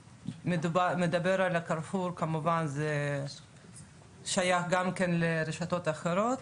שנאמר על 'קרפור' כמובן זה שייך גם לרשתות אחרות.